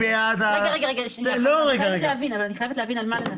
אני חייבת להבין מה לנסח.